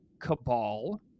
cabal